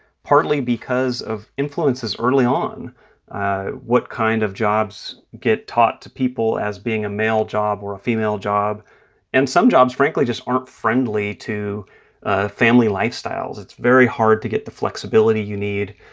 partly because of influences early on what kind of jobs get taught to people as being a male job or a female job and some jobs, frankly, just aren't friendly to ah family lifestyles. it's very hard to get the flexibility you need